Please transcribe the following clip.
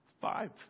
Five